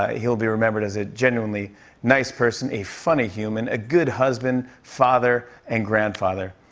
ah he'll be remembered as a genuinely nice person, a funny human, a good husband, father, and grandfather.